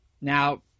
Now